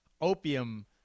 opium